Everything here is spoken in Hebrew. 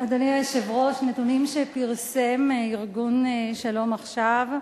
אדוני היושב-ראש, נתונים שפרסם ארגון "שלום עכשיו"